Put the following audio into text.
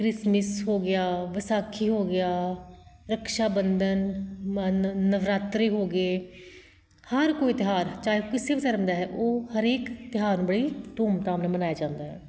Christmas ਹੋ ਗਿਆ ਵਿਸਾਖੀ ਹੋ ਗਿਆ ਰਕਸ਼ਾ ਬੰਧਨ ਮਨ ਨਵਰਾਤਰੇ ਹੋ ਗਏ ਹਰ ਕੋਈ ਤਿਉਹਾਰ ਚਾਹੇ ਉਹ ਕਿਸੇ ਵੀ ਧਰਮ ਦਾ ਹੈ ਉਹ ਹਰੇਕ ਤਿਉਹਾਰ ਨੂੰ ਬੜੀ ਧੂਮਧਾਮ ਨਾਲ਼ ਮਨਾਇਆ ਜਾਂਦਾ ਹੈ